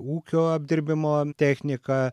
ūkio apdirbimo technika